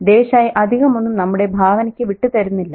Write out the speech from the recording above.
ദേശായി അധികമൊന്നും നമ്മുടെ ഭാവനയ്ക്ക് വിട്ടുതരുന്നില്ല